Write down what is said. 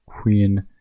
queen